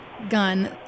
gun